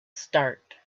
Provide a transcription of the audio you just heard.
start